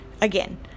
again